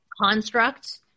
construct